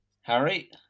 Harry